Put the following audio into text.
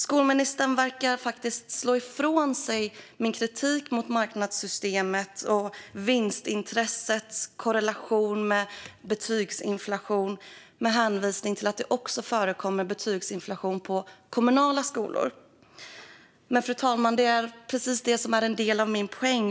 Skolministern verkar faktiskt slå ifrån sig när det gäller min kritik mot marknadssystemet och vinstintressets korrelation med betygsinflation med hänvisning till att det också förekommer betygsinflation på kommunala skolor. Men, fru talman, det är precis det som är en del av min poäng.